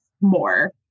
more